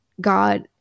God